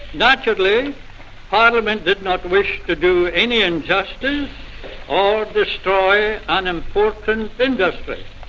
naturally parliament did not wish to do any injustice or destroy an important industry.